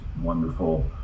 wonderful